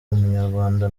munyarwanda